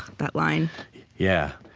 that line yeah,